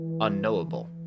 unknowable